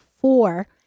four